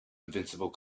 invisible